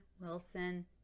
Wilson